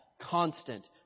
constant